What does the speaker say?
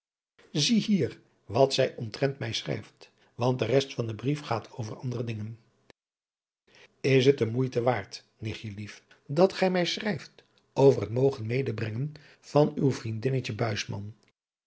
zie hier wat zij omtrent mij schrijft want de rest van den brief gaat over andere dingen is het de moeite waard nichtjelief dat gij mij schrijft over het mogen medebrengen van uw vriendinnetje